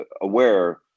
aware